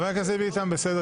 חבר הכנסת טיבי כאן.